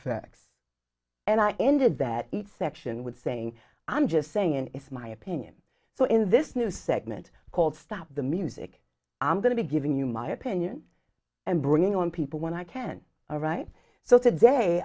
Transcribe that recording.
facts and i ended that each section with saying i'm just saying it is my opinion so in this new segment called stop the music i'm going to be giving you my opinion and bringing on people when i can all right so today